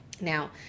now